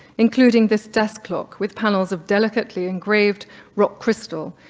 including this desk clock, with panels of delicately engraved rock crystal.